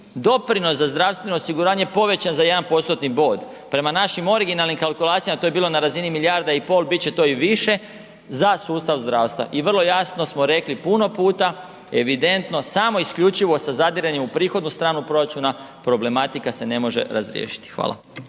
doprinos za zdravstveno osiguranje je povećan za 1%-tni bod. Prema našim originalnim kalkulacijama to je bilo na razini milijarda i pol, biti će to i više za sustav zdravstva. I vrlo jasno smo rekli puno puta, evidentno, samo isključivo sa zadiranjem u prihodnu stranu proračuna problematika se ne može razriješiti. Hvala.